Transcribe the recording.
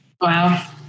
Wow